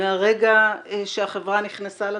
מהרגע שהחברה נכנסה לתמונה?